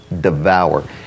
devour